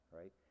right